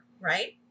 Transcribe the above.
right